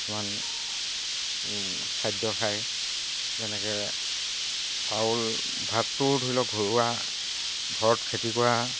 কিছুমান খাদ্য খায় যেনেকে চাউল ভাতটোও ধৰি লওক ঘৰুৱা ঘৰত খেতি কৰা